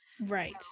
Right